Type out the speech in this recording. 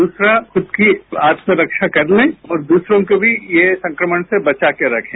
दूसरा खुद की आत्मरक्षा करने और दूसरों को भी ये संक्रमण से बचा कर रखें